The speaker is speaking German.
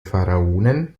pharaonen